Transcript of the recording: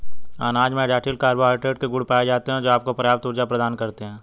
अनाज में जटिल कार्बोहाइड्रेट के गुण पाए जाते हैं, जो आपको पर्याप्त ऊर्जा प्रदान करते हैं